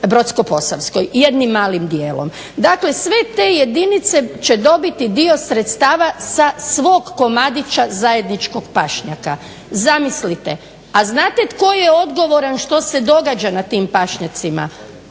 brodsko-posavskoj jednim malim dijelom. Dakle, sve te jedinice će dobiti dio sredstava sa svog komadića zajedničkog pašnjaka. Zamislite, a znate tko je odgovoran što se događa na tim pašnjacima?